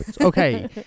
Okay